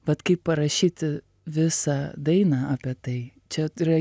vat kaip parašyti visą dainą apie tai čia yra